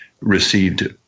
received